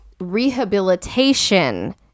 rehabilitation